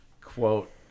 quote